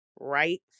right